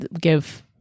give